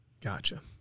Gotcha